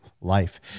life